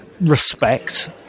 respect